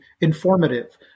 informative